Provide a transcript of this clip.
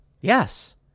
Yes